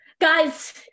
Guys